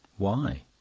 why?